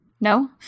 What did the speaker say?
No